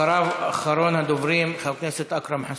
אחריו, אחרון הדוברים, חבר הכנסת אכרם חסון.